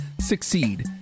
succeed